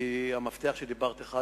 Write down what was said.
כי המפתח שדיברת עליו,